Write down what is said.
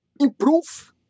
improve